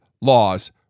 laws